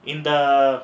in the